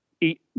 eat